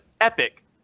epic